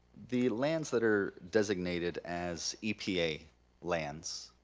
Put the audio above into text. the lands that are designated as epa lands,